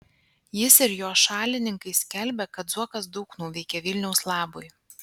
jis ir jo šalininkai skelbia kad zuokas daug nuveikė vilniaus labui